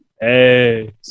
Hey